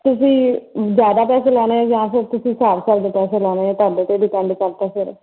ਤੁਸੀਂ ਜ਼ਿਆਦਾ ਪੈਸੇ ਲਾਉਣੇ ਆ ਜਾਂ ਫਿਰ ਤੁਸੀਂ ਹਿਸਾਬ ਹਿਸਾਬ ਦੇ ਪੈਸੇ ਲਾਉਣੇ ਹੈ ਤੁਹਾਡੇ 'ਤੇ ਡਿਪੇਡ ਕਰਦਾ ਫਿਰ